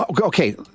Okay